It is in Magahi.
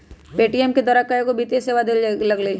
पे.टी.एम द्वारा कएगो वित्तीय सेवा देल जाय लगलई ह